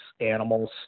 animals